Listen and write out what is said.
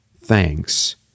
thanks